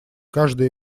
каждый